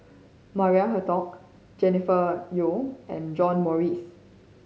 Maria Hertogh Jennifer Yeo and John Morrice